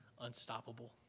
unstoppable